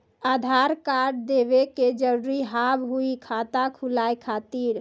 आधार कार्ड देवे के जरूरी हाव हई खाता खुलाए खातिर?